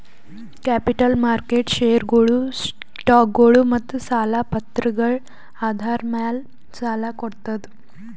capital market ಷೇರ್ಗೊಳು, ಸ್ಟಾಕ್ಗೊಳು ಮತ್ತ್ ಸಾಲ ಪತ್ರಗಳ್ ಆಧಾರ್ ಮ್ಯಾಲ್ ಸಾಲ ಕೊಡ್ತದ್